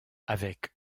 avec